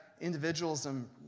individualism